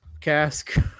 Cask